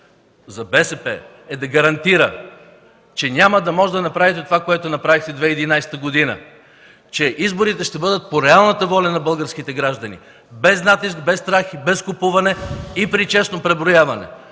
за БСП е да гарантира, че няма да може да направите това, което направихте през 2011 г., че изборите ще бъдат по реалната воля на българските граждани, без натиск, без страх и без купуване и при честно преброяване.